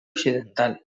occidental